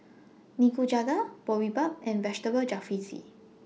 Nikujaga Boribap and Vegetable Jalfrezi